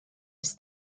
ers